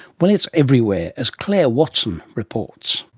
well, it's everywhere, as clare watson reports.